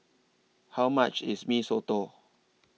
How much IS Mee Soto